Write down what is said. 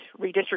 redistricting